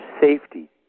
safety